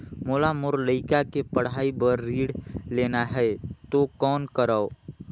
मोला मोर लइका के पढ़ाई बर ऋण लेना है तो कौन करव?